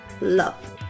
love